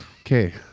okay